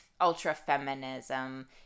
ultra-feminism